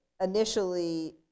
initially